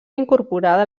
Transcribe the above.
incorporada